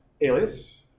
alias